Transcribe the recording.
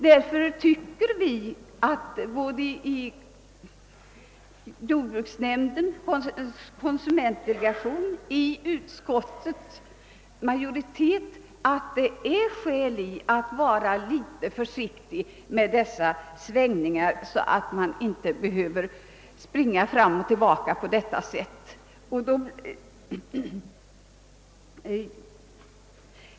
Därför tycker vi i jordbruksnämnden, i konsumentdelegationen och inom utskottsmajoriteten att det är skäl i att vara litet försiktig med dessa svängningar, så att man inte behöver springa fram och tillbaka på detta sätt.